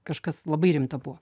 kažkas labai rimta buvo